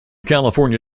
california